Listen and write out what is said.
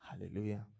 Hallelujah